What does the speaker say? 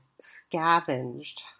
scavenged